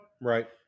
Right